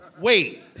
Wait